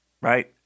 right